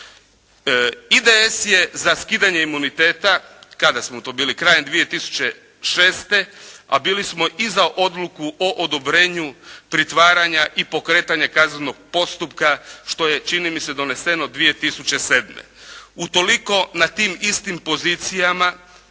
IDS je za skidanje imuniteta, kada smo to bili, krajem 2006. a bili smo i za odluku o odobrenju pritvaranja i pokretanja kaznenog postupka što je čini mi se doneseno 2007. Utoliko na tim istim pozicijama